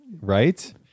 right